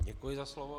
Děkuji za slovo.